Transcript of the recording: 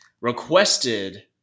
requested